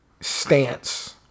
stance